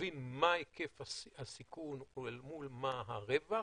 להבין מה היקף הסיכון מול מה הרווח?